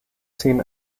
seen